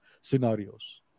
scenarios